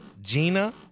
Gina